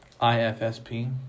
I-F-S-P